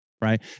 right